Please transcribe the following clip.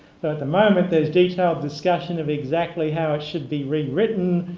thought at the moment there's detailed discussion of exactly how it should be rewritten,